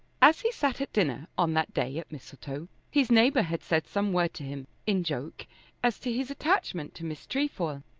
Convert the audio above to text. as he sat at dinner on that day at mistletoe his neighbour had said some word to him in joke as to his attachment to miss trefoil,